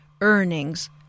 earnings